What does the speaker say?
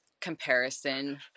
comparison